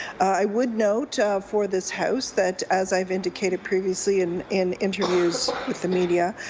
i would note for this house that as i have indicated previously in in interviews with the media,